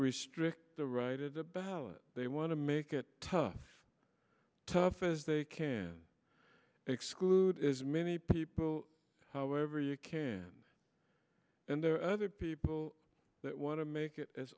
restrict the right of the ballot they want to make it tough tough as they can exclude as many people however you can and there are other people that want to make it as